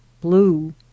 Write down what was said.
blue